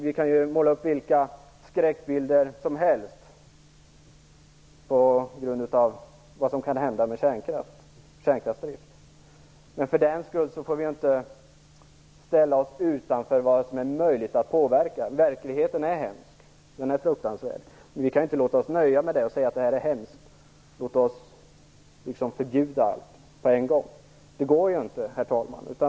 Vi kan måla upp vilka skräckbilder som helst av vad som kan hända med kärnkraftsdrift, men för den skull får vi inte ställa oss utanför möjligheten att påverka. Verkligheten är hemsk och fruktansvärd, men vi kan inte låta oss nöja med det och säga att det här är hemskt, så låt oss förbjuda allt på en gång. Det går ju inte, herr talman.